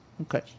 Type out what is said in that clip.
Okay